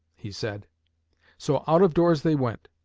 he said so out of doors they went.